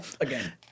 Again